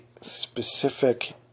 specific